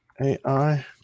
AI